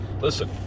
listen